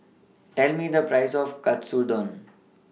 Tell Me The Price of Katsudon